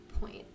point